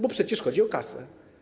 Bo przecież chodzi o kasę.